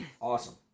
Awesome